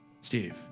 Steve